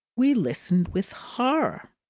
we listened with horror.